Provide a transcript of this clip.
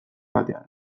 batean